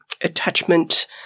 attachment